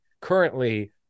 currently